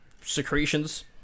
Secretions